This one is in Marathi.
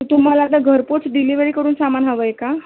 तुम्हाला आता घरपोच डिलिव्हरी करून सामान हवं आहे का